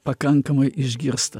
pakankamai išgirsta